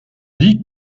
dis